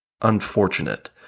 unfortunate